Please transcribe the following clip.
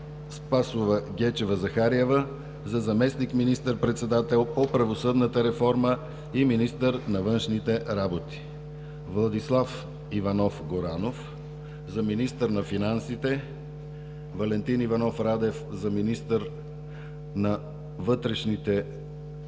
Спасова Гечева-Захариева – за заместник министър-председател по правосъдната реформа и министър на външните работи, - Владислав Иванов Горанов – за министър на финансите, - Валентин Иванов Радев – за министър на вътрешните работи,